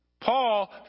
Paul